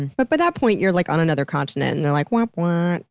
and but by that point you're like on another continent and they're like, womp-womp.